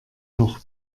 noch